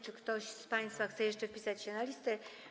Czy ktoś z państwa chce jeszcze wpisać się na listę?